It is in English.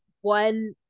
one